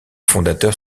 fondateurs